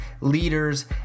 leaders